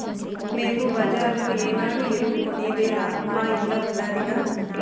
మేము బజార్లో ఏనాడు ఎరువు కొనేదేలా మా ఇంట్ల ఉండాదిగా